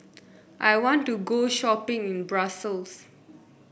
I want to go shopping in Brussels